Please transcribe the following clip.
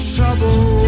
Trouble